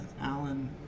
Alan